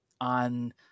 on